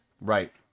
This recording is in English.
Right